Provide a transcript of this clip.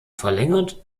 verlängert